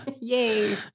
Yay